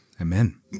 amen